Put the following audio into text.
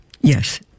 Yes